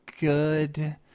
good